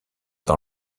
dans